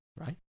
right